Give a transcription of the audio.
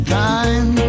time